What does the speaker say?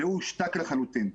והוא הושתק לחלוטין.